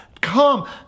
Come